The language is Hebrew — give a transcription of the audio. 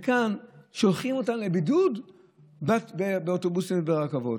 וכאן שולחים אותם לבידוד באוטובוסים וברכבות.